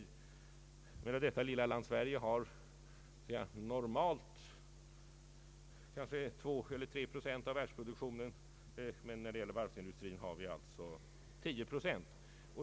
Det lilla landet Sverige har normalt kanske två eller tre procent av världsproduktionen, men när det gäller varvsindustrin har vi tio procent.